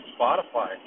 Spotify